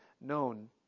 known